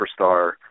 superstar